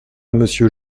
monsieur